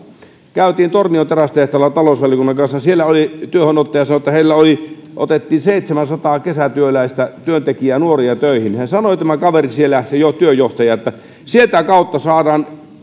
kävimme tornion terästehtaalla talousvaliokunnan kanssa siellä oli työhönottaja joka sanoi että heille otettiin seitsemänsataa kesätyöntekijää nuoria töihin hän sanoi tämä kaveri siellä se työnjohtaja että sitä kautta saadaan